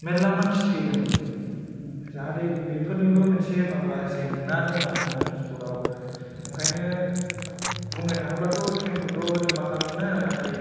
मेरला मानसि थैदों जाहाथे बेफोरनिबो मोनसे माबा जेंना दं आरोना ट्रेनसर्पट आव ओंखायनो बुंनो थाङोब्ला थ' ट्रेनखौ थ' जों मा खालामनो नाथाय